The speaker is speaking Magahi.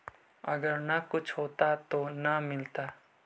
अगर न कुछ होता तो न मिलता?